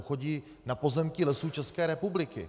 Chodí na pozemky Lesů České republiky.